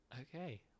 okay